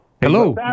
Hello